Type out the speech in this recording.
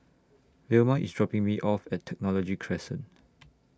Velma IS dropping Me off At Technology Crescent